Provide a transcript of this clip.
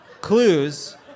Clues